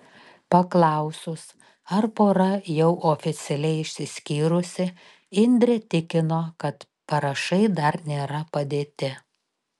paklausus ar pora jau oficialiai išsiskyrusi indrė tikino kad parašai dar nėra padėti